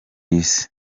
isi